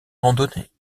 randonnée